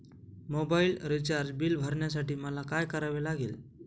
Mobile recharge bill भरण्यासाठी मला काय करावे लागेल?